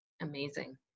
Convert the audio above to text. Amazing